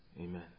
Amen